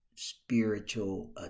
spiritual